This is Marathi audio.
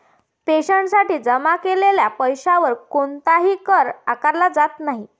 पेन्शनसाठी जमा केलेल्या पैशावर कोणताही कर आकारला जात नाही